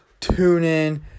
TuneIn